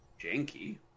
Janky